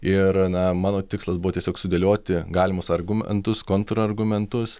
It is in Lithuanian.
ir na mano tikslas buvo tiesiog sudėlioti galimus argumentus kontrargumentus